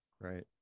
Right